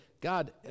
God